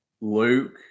Luke